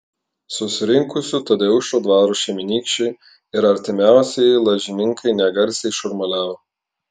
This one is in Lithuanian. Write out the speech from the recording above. susirinkusių tadeušo dvaro šeimynykščiai ir artimiausieji lažininkai negarsiai šurmuliavo